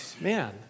man